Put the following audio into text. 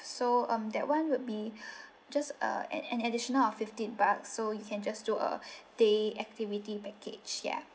so um that one would be just uh an an additional of fifty bucks so you can just do a day activity package ya